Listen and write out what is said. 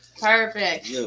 perfect